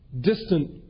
distant